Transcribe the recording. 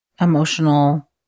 emotional